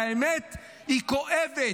והאמת היא כואבת.